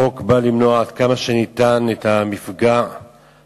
החוק בא למנוע עד כמה שניתן את המפגע הנורא